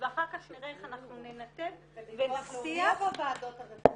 ואחר כך נראה איך אנחנו ננתב --- בביטוח הלאומי או בוועדות הרפואיות?